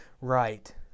right